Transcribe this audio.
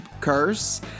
curse